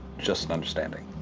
just an understanding.